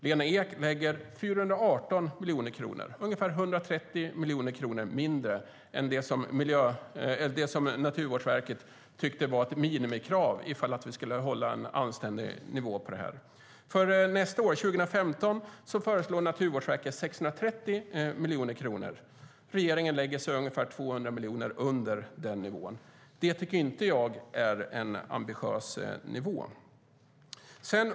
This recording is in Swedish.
Lena Ek lägger 418 miljoner kronor, ungefär 130 miljoner kronor mindre än det som Naturvårdsverket tyckte var ett minimikrav för att kunna hålla en anständig nivå. För nästa år, 2015, föreslår Naturvårdsverket 630 miljoner kronor. Regeringen lägger sig ungefär 200 miljoner under detta. Det tycker jag inte är en ambitiös nivå.